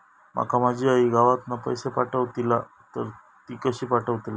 माका माझी आई गावातना पैसे पाठवतीला तर ती कशी पाठवतली?